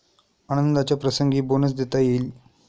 आनंदाच्या प्रसंगी बोनस देता येईल